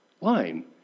line